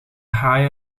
haaien